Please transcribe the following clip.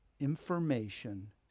information